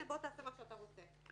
תעשה מה שאתה רוצה.